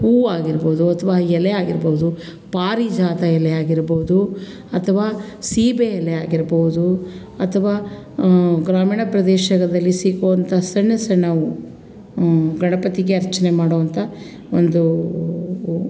ಹೂ ಆಗಿರ್ಬೋದು ಅಥ್ವಾ ಎಲೆ ಆಗಿರ್ಬೋದು ಪಾರಿಜಾತ ಎಲೆ ಆಗಿರ್ಬೋದು ಅಥ್ವಾ ಸೀಬೆ ಎಲೆ ಆಗಿರ್ಬೋದು ಅಥ್ವಾ ಗ್ರಾಮೀಣ ಪ್ರದೇಶದಲ್ಲಿ ಸಿಗುವಂಥ ಸಣ್ಣ ಸಣ್ಣ ಗಣಪತಿಗೆ ಅರ್ಚನೆ ಮಾಡುವಂಥ ಒಂದು